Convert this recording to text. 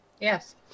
Yes